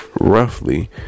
roughly